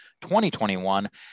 2021